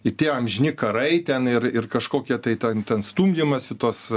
ir tie amžini karai ten ir ir kažkokie tai ten ten stumdymąsi tos